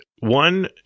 one